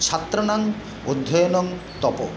ছাত্রানাং অধ্যয়নং তপঃ